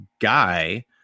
guy